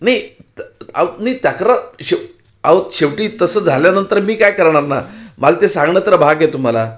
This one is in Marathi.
नाही त अव नाही त्याकर शेव आहो शेवटी तसं झाल्यानंतर मी काय करणार ना मला ते सांगणं तर भाग आहे तुम्हाला